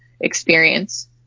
experience